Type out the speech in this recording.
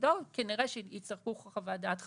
כנראה שיצטרכו חוות דעת חבלנית,